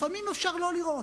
לפעמים אפשר לא לראות.